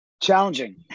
challenging